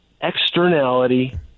externality